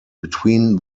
between